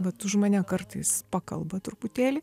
vat už mane kartais pakalba truputėlį